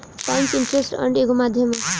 times interest earned एगो माध्यम ह